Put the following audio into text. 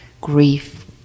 grief